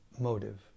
motive